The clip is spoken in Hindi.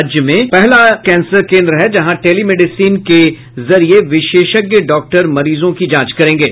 राज्य का यह पहला कैंसर केन्द्र है जहां टेलीमेडिसीन के जरिये विशेषज्ञ डॉक्टर मरीजों की जांच करेंगे